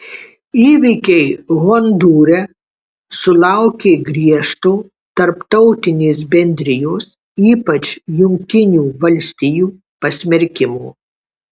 įvykiai hondūre sulaukė griežto tarptautinės bendrijos ypač jungtinių valstijų pasmerkimo